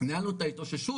ניהלנו את ההתאוששות,